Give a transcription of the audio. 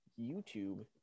YouTube